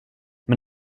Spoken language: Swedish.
men